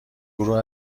گروه